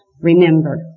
remember